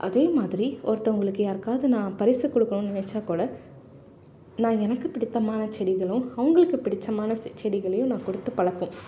அதே மாதிரி ஒருத்தவங்களுக்கு யாருக்காவது நான் பரிசு கொடுக்கணுன்னு நினைச்சா கூட நான் எனக்கு பிடித்தமான செடிகளும் அவங்களுக்கு பிடித்தமான செ செடிகளையும் நான் கொடுத்து பழக்கம்